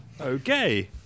Okay